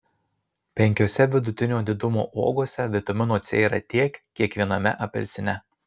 penkiose vidutinio didumo uogose vitamino c yra tiek kiek viename apelsine